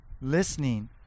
listening